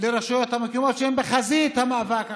לרשויות המקומיות שהן בחזית המאבק עכשיו.